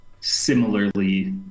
similarly